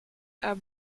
are